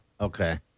Okay